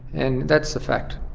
and that's a fact.